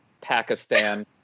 Pakistan